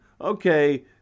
okay